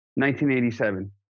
1987